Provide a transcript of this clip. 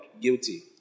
guilty